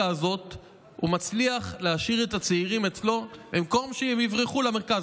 הוא מצליח להשאיר את הצעירים אצלו במקום שהם יברחו למרכז.